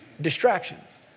Distractions